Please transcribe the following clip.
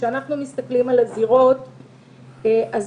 כאשר אנחנו מסתכלים על הזירות אנחנו